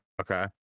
Okay